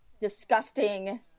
disgusting